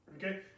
Okay